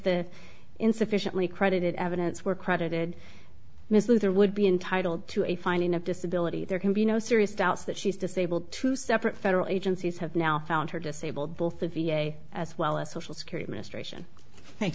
the insufficiently credited evidence were credited ms luthor would be entitled to a finding of disability there can be no serious doubts that she's disabled two separate federal agencies have now found her disabled both the v a as well as social security ministration thank